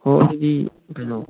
ꯍꯣꯏ ꯑꯗꯨꯗꯤ ꯀꯩꯅꯣ